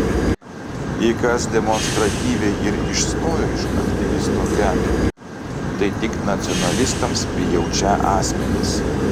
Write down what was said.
jei kas demonstratyviai ir išstojo iš aktyvistų gretų tai tik nacionalistams prijaučią asmenys